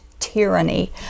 tyranny